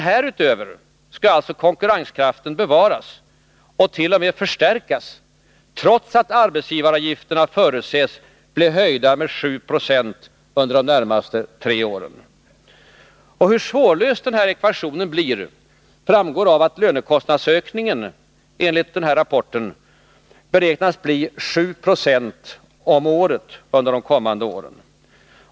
Härutöver skall alltså konkurrenskraften kunna bevaras, och t.o.m. förstärkas, trots att arbetsgivaravgifterna förutses bli höjda med 7 96 under de närmaste tre åren. Hur svårlöst ekvationen blir framgår av att lönekostnadsökningen enligt rapporten beräknats till 7 926 om året under de kommande åren.